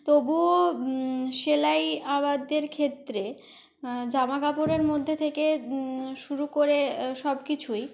তবুও সেলাই আমাদের ক্ষেত্রে জামাকাপড়ের মধ্যে থেকে শুরু করে সব কিছুই